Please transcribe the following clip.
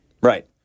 Right